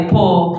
Paul